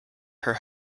her